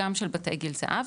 גם של בתי גיל זהב,